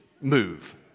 move